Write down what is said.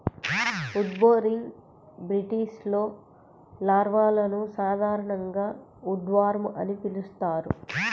wood boring బీటిల్స్లో లార్వాలను సాధారణంగా ఉడ్వార్మ్ అని పిలుస్తారు